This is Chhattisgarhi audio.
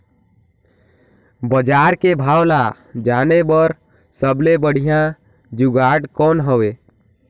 बजार के भाव ला जाने बार सबले बढ़िया जुगाड़ कौन हवय?